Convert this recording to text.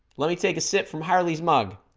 let me take a sip from hartley's mug